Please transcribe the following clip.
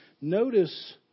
notice